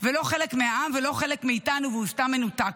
ולא חלק מהעם ולא חלק מאיתנו והוא סתם מנותק.